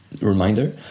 reminder